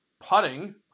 putting –